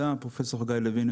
פרופסור גיא לוין,